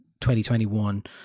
2021